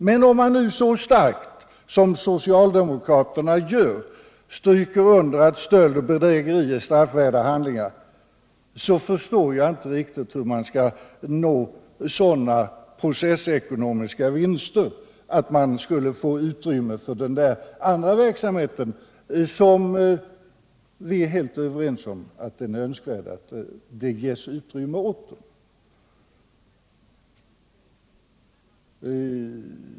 Men om man nu så starkt som socialdemokraterna gör stryker under att stöld och bedrägeri är straffvärda handlingar, så förstår jag inte riktigt hur man skall nå sådana processekonomiska vinster att man skulle få utrymme för den andra verksamheten, som vi helt är överens om att det behöver ges utrymme åt.